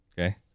okay